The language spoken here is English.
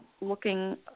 looking